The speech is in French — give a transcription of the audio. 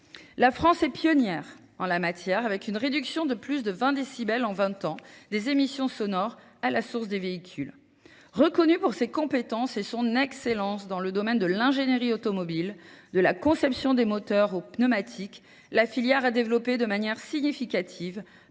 La France est pionnière en la matière avec une réduction de plus de 20 décibels en 20 ans des émissions sonores à la source des véhicules. Reconnue pour ses compétences et son excellence dans le domaine de l'ingénierie automobile, de la conception des moteurs aux pneumatiques, la filière a développé de manière significative,